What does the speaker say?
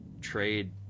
trade